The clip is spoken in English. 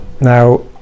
Now